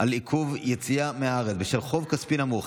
על עיכוב יציאה מהארץ בשל חוב כספי נמוך),